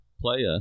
playa